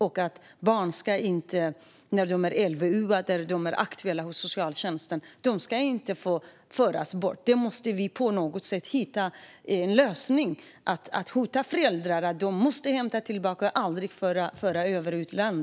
När ett barn är omhändertaget enligt LVU eller aktuellt hos socialtjänsten ska det inte kunna föras bort. Vi måste på något sätt hitta en lösning på detta - hota föräldrarna om att de måste hämta tillbaka sina barn och aldrig föra ut dem ur landet.